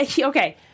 Okay